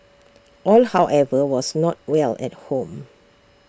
all however was not well at home